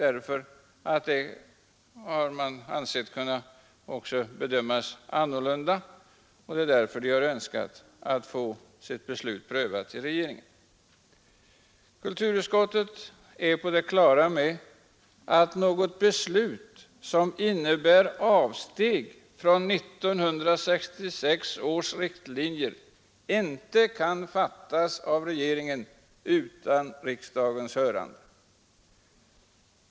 Man har ansett att det också kan bedömas annorlunda än radiostyrelsen gjort. Kulturutskottet är på det klara med att något beslut som innebär avsteg från 1966 års riktlinjer inte kan fattas av regeringen utan riksdagens hörande.